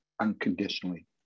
unconditionally